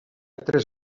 tres